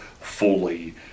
fully